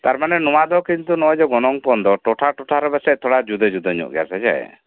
ᱛᱟᱨᱢᱟᱱᱮ ᱱᱚᱶᱟ ᱫᱚ ᱠᱤᱱᱛᱩ ᱱᱚᱜᱚᱭ ᱡᱮ ᱜᱚᱱᱚᱝ ᱯᱚᱱ ᱫᱚ ᱴᱚᱴᱷᱟ ᱴᱚᱴᱷᱟ ᱨᱮ ᱯᱟᱥᱮᱡ ᱛᱷᱚᱲᱟ ᱡᱩᱫᱟᱹ ᱡᱩᱫᱟᱹ ᱧᱚᱜ ᱜᱮᱭᱟ ᱥᱮ ᱪᱮᱫ